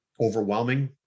overwhelming